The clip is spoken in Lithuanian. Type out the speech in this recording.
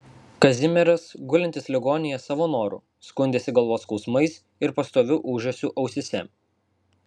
kazimieras gulintis ligoninėje savo noru skundėsi galvos skausmais ir pastoviu ūžesiu ausyse